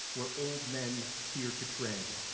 where old men fear to tread.